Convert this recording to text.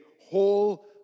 whole